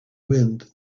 wind